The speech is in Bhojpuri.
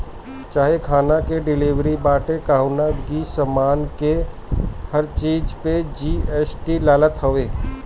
चाहे खाना के डिलीवरी बाटे चाहे कवनो भी सामान के अब हर चीज पे जी.एस.टी लागत हवे